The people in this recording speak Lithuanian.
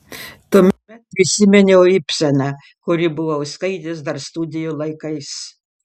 tuomet prisiminiau ibseną kurį buvau skaitęs dar studijų laikais